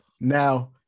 now